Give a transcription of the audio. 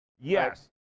Yes